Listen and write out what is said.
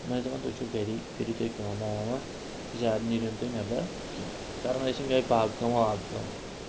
یِمن ٲسۍ دَپان تُہۍ چھُو گَری کٔرِو تُہۍ کٲما واما تہٕ زیادٕ نیٖرِو نہٕ تُہۍ نٮ۪بَر کینٛہہ کَرَن ٲسۍ یِم یِہوٚے باغ کٲم واغ کٲم